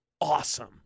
awesome